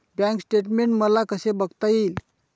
Bank statement मला कसे बघता येईल?